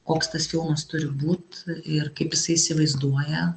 koks tas filmas turi būt ir kaip jisai įsivaizduoja